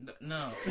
No